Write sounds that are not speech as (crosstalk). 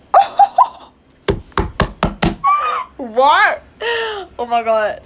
(laughs) (noise) what (noise) oh my god